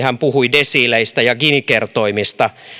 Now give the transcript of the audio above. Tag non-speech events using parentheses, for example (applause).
(unintelligible) hän puhui desiileistä ja gini kertoimista